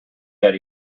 that